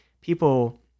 people